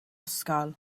ysgol